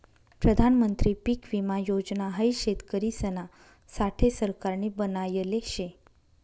प्रधानमंत्री पीक विमा योजना हाई शेतकरिसना साठे सरकारनी बनायले शे